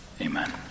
Amen